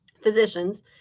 physicians